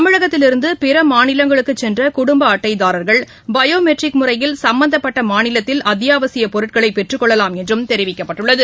கமிமகக்கில் இருந்து பிறமாநிலங்களுக்கு சென்றகுடும்பஅட்டை தாரா்கள் முறையில் பயோமெட்ரிக் சம்பந்தப்பட்டமாநிலத்தில் அத்தியாவசியபொருட்களைபெற்றுக்கொள்ளலாம் என்றும் தெரிவிக்கப்பட்டுள்ளது